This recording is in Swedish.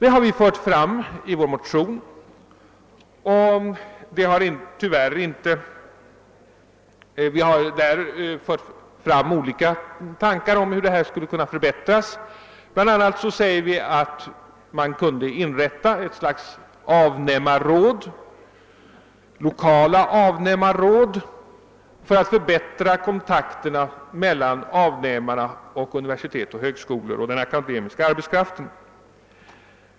I vår motion har vi framfört olika tankar om hur förhållandena på detta område skulle kunna förbättras. Bl a. säger vi att man skulle kunna inrätta ett slags lokala avnämarråd för att förbättra kontakterna mellan å ena sidan avnämarna och å andra sidan universitet, högskolor och den akademiska arbetskraften.